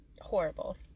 Horrible